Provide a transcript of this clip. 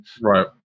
Right